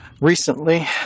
recently